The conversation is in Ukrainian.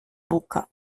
бука